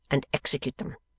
and execute them.